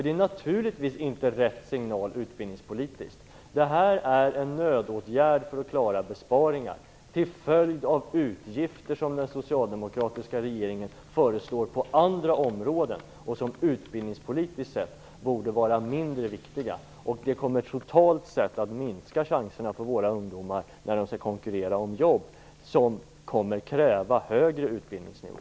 Det är naturligtvis inte den rätta utbildningspolitiska signalen. Detta är en nödåtgärd för att man skall klara av besparingar till följd av utgifter som den socialdemokratiska regeringen föreslår på andra områden och som utbildningspolitiskt sett borde vara mindre viktiga. Totalt sett kommer detta att minska chanserna för våra ungdomar att konkurrera om jobb som kräver en högre utbildningsnivå.